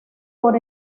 por